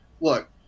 look